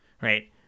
Right